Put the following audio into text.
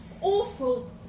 awful